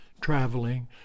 traveling